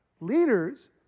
Leaders